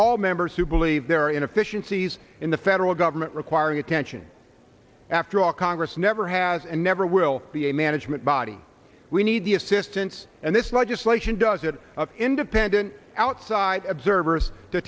all members who believe there inefficiencies in the federal government requiring attention after all congress never has and never will be a management body we need the assistance and this legislation does it independent outside observers to